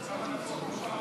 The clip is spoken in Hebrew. תודה,